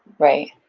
right.